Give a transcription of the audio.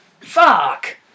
Fuck